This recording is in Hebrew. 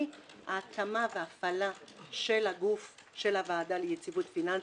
ההקמה וההפעלה של הוועדה ליציבות פיננסית,